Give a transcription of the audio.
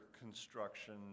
construction